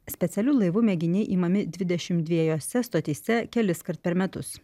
specialiu laivu mėginiai imami dvidešimt dviejose stotyse keliskart per metus